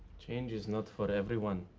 change is not for everyone.